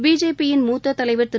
பிஜேபியின் மூத்த தலைவர் திரு